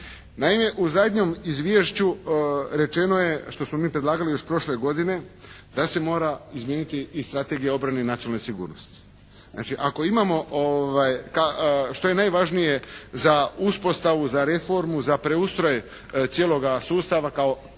Naime u zadnjem izvješću rečeno je što smo mi predlagali još prošle godine da se mora izmijeniti i strategija obrane nacionalne sigurnosti. Znači ako imamo što je najvažnije za uspostavu, za reformu, za preustroj cijeloga sustava kao